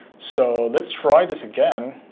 so let's try this again.